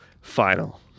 final